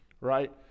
right